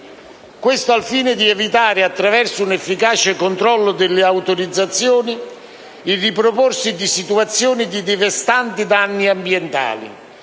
Questo al fine di evitare, attraverso un efficace controllo delle autorizzazioni, il riproporsi di situazioni di devastanti danni ambientali,